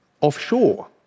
offshore